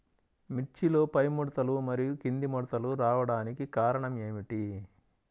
మిర్చిలో పైముడతలు మరియు క్రింది ముడతలు రావడానికి కారణం ఏమిటి?